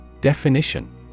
Definition